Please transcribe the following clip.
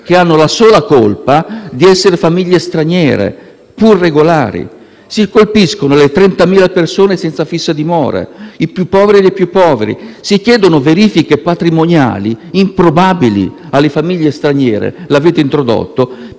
che hanno la sola colpa di essere famiglie straniere, pur regolari. Si colpiscono le 30.000 persone senza fissa dimora, i più poveri tra i poveri. Si chiedono verifiche patrimoniali improbabili alle famiglie straniere, che avete introdotto